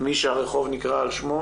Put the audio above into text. מי שהרחוב נקרא על שמו